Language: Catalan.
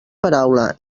paraula